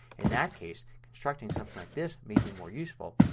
in that case constructing something like this maybe more useful,